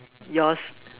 yours